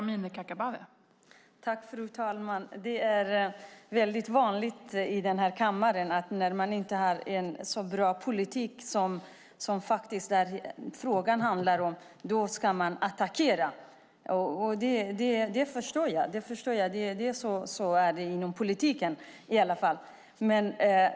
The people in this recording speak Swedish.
Fru talman! Det är vanligt här i kammaren att man attackerar när man inte har en bra politik. Så är det inom politiken.